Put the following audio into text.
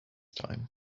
time